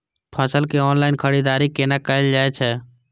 फसल के ऑनलाइन खरीददारी केना कायल जाय छै?